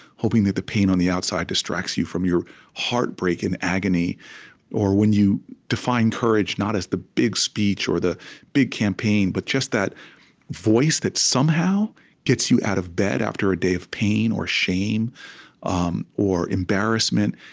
hoping that the pain on the outside distracts you from your heartbreak and agony or when you define courage not as the big speech or the big campaign, but just that voice that somehow gets you out of bed, after a day of pain or shame um or embarrassment,